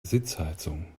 sitzheizung